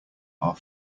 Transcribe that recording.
are